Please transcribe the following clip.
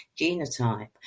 genotype